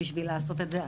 בשביל לעשות את זה.